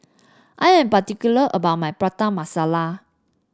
I am particular about my Prata Masala